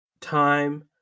time